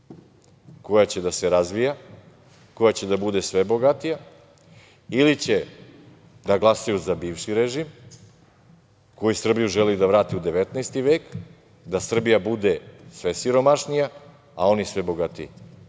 koja će da se razvija, koja će da bude sve bogatija, ili će da glasaju za bivši režim koji Srbiju želi da vrati u 19. vek, da Srbija bude sve siromašnija, a oni sve bogatiji?